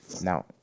Now